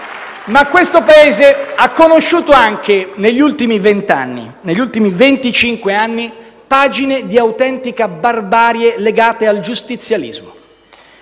Ma questo Paese ha conosciuto anche negli ultimi venticinque anni, pagine di autentica barbarie legate al giustizialismo.